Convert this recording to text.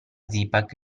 zipak